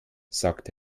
sagt